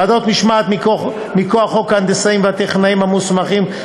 וועדות משמעת מכוח חוק ההנדסאים והטכנאים המוסמכים,